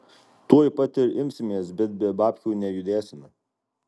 tuoj pat ir imsimės bet be babkių nejudėsime